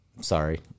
sorry